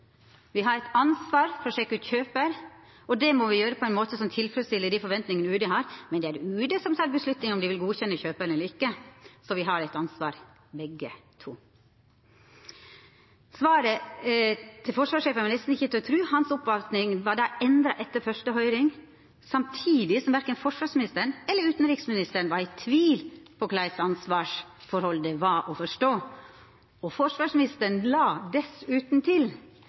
Vi har et ansvar for å sjekke ut kjøper, og det må vi gjøre på en måte som tilfredsstiller de forventningene UD har, men det er UD som tar beslutningen om de vil godkjenne kjøperen eller ikke. Så vi har et ansvar, begge to.» Svaret til forsvarssjefen var nesten ikkje til å tru – hans oppfatning var endra etter første høyring, samtidig som verken forsvarsministeren eller utanriksministeren var i tvil om korleis ansvarsforholdet var å forstå. Forsvarsministeren la dessutan til: